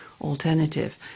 alternative